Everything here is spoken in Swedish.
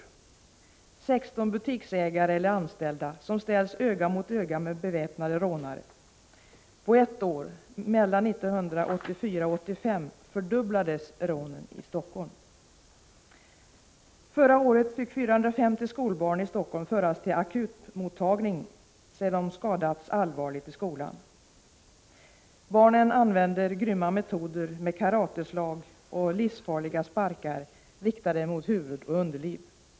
Det är 16 butiksägare eller anställda som ställs öga mot öga med beväpnade rånare. På ett år — under 1984 — fördubblades rånen i Helsingfors. Förra året fick 450 skolbarn i Helsingfors föras till akutmottagningen sedan de skadats allvarligt i skolan. Barnen använder grymma metoder med karateslag och livsfarliga sparkar riktade mot huvud och underliv.